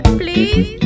please